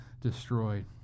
destroyed